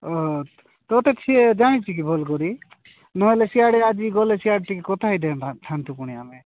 ଓ ତୋତେ ସିଏ ଜାଣିଛି କି ଭଲ କରି ନହେଲେ ସିଆଡ଼େ ଆଜି ଗଲେ ସିଆଡ଼େ ଟିକେ କଥା ହୋଇଥାନ୍ତୁ ପୁଣି ଆମେ